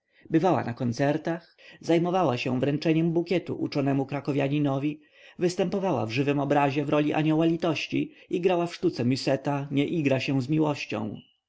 bywała na koncertach zajmowała się wręczeniem bukietu uczonemu krakowianinowi występowała w żywym obrazie w roli anioła litości i grała w sztuce musseta nie igra się z miłością